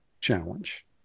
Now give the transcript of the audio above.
challenge